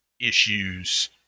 issues